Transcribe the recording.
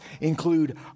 include